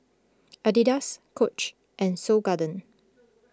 Adidas Coach and Seoul Garden